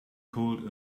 pulled